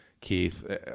Keith